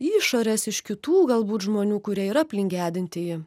išorės iš kitų galbūt žmonių kurie yra aplink gedintįjį